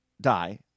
die